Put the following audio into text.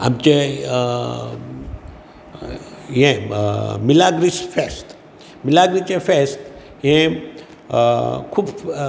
आमचे हे मिलाग्रीस फेस्त मिलाग्रीचें फेस्त हे खूब